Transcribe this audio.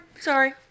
Sorry